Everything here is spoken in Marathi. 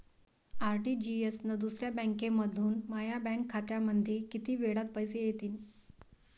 आर.टी.जी.एस न दुसऱ्या बँकेमंधून माया बँक खात्यामंधी कितीक वेळातं पैसे येतीनं?